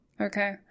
Okay